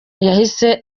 yahise